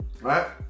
Right